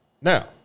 Now